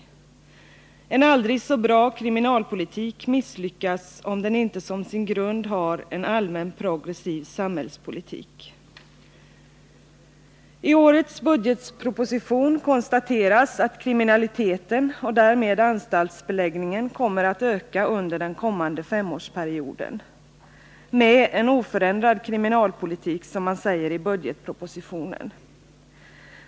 En aldrig så bra kriminalpolitik misslyckas, om den inte som sin grund har en progressiv allmän samhällspolitik. anstaltsbeläggningen kommer att öka under den kommande femårsperioden — med en oförändrad kriminalpolitik, som man säger i budgetpropositionen.